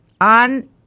on